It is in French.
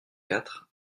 quatre